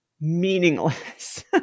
meaningless